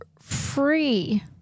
free